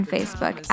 Facebook